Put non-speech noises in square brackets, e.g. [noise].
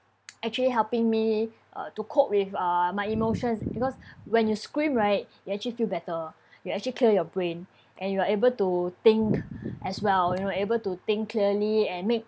[noise] actually helping me uh to cope with uh my emotions because when you scream right you actually feel better you actually kill your brain and you are able to think as well and you are able to think clearly and make